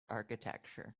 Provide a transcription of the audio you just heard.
architecture